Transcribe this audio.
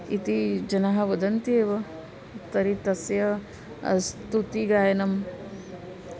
इति जनाः वदन्त्येव तर्हि तस्य स्तुतिगायनं